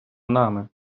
нами